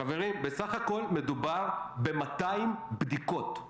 חברים, בסך הכול מדובר ב-200 בדיקות.